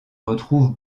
retrouve